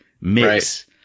mix